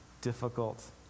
difficult